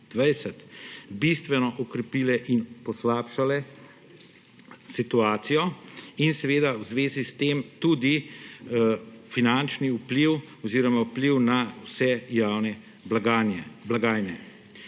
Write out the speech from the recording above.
bistveno okrepile in poslabšale situacijo in v zvezi s tem tudi finančni vpliv oziroma vpliv na vse javne blagajne.